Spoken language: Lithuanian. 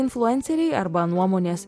influenceriai arba nuomonės